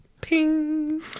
Ping